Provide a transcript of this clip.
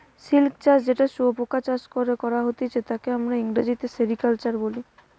silk চাষ যেটা শুয়োপোকা চাষ করে করা হতিছে তাকে আমরা ইংরেজিতে সেরিকালচার বলি